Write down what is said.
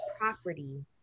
property